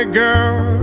girl